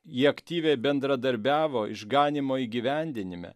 jie aktyviai bendradarbiavo išganymo įgyvendinime